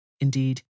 Indeed